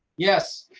yes,